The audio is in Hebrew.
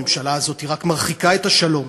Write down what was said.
הממשלה הזאת רק מרחיקה את השלום.